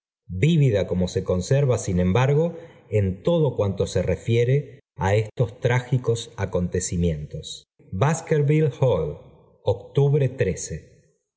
vivida como se conserva sin embargo en todo cuanto se refiere á estos trágicos acontecimientos íip fiaskorville hall octubre